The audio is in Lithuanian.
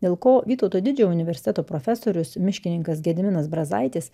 dėl ko vytauto didžiojo universiteto profesorius miškininkas gediminas brazaitis